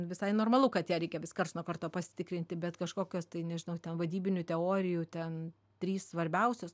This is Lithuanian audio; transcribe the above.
visai normalu kad ją reikia vis karts nuo karto pasitikrinti bet kažkokios tai nežinau ten vadybinių teorijų ten trys svarbiausios